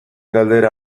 galdera